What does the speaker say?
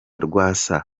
rwasa